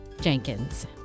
Jenkins